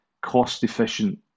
cost-efficient